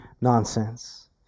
nonsense